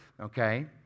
Okay